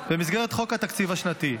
במסגרת חוק התקציב השנתי.